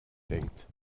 denkt